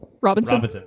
robinson